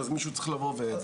אז מישהו צריך לבוא ולטפל,